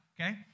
okay